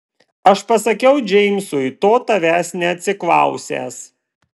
aš pasakiau džeimsui to tavęs neatsiklausęs